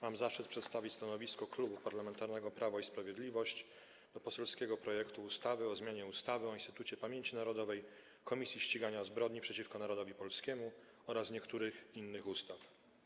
Mam zaszczyt przedstawić stanowisko Klubu Parlamentarnego Prawo i Sprawiedliwość wobec poselskiego projektu ustawy o zmianie ustawy o Instytucie Pamięci Narodowej - Komisji Ścigania Zbrodni przeciwko Narodowi Polskiemu oraz niektórych innych ustaw.